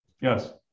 Yes